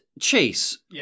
Chase